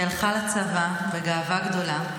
היא הלכה לצבא בגאווה גדולה.